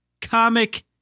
comic